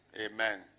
Amen